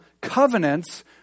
covenants